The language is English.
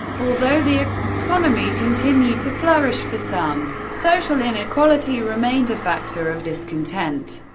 although the economy continued to flourish for some, social inequality remained a factor of discontent.